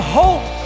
hope